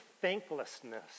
thanklessness